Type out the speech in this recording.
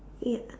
ya